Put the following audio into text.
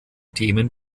themen